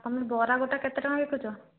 ତୁମେ ବରା ଗୋଟା କେତେ ଟଙ୍କା ବିକୁଛ